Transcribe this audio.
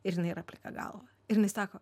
ir jinai yra plika galva ir jinai sako